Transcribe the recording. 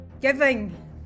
Giving